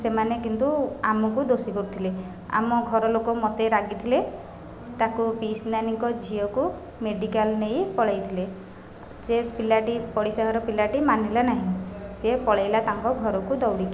ସେମାନେ କିନ୍ତୁ ଆମକୁ ଦୋଷି କରୁଥିଲେ ଆମ ଘର ଲୋକ ମୋତେ ରାଗିଥିଲେ ତାକୁ ପିଉସି ନାନୀଙ୍କ ଝିଅକୁ ମେଡିକାଲ ନେଇ ପଳାଇଥିଲେ ସେ ପିଲାଟି ପଡ଼ିଶା ଘର ପିଲାଟି ମାନିଲା ନାହିଁ ସେ ପଳାଇଲା ତାଙ୍କ ଘରକୁ ଦଉଡ଼ିକି